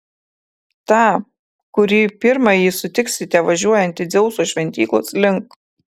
tą kurį pirmąjį sutiksite važiuojantį dzeuso šventyklos link